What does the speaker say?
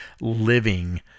living